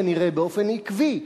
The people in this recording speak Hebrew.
כנראה באופן עקבי,